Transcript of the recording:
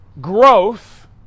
Growth